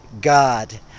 God